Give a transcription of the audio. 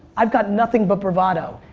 i've got nothing but bravado.